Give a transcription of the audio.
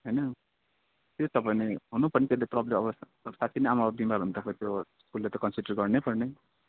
होइन त्यही त भने हुनु पर्ने साँच्ची नै आमा बिमार हुँदाको त्यो स्कुलले त कन्सिडर गर्नै पर्ने